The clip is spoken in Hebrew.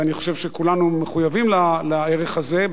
ואני חושב שכולנו מחויבים לערך הזה,